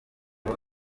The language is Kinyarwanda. ngo